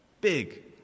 Big